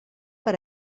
per